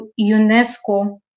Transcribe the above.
UNESCO